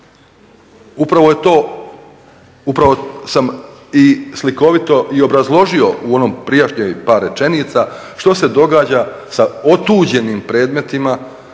upravo sam i slikovito i obrazložio u onim prijašnjim par rečenica što se događa sa otuđenim predmetima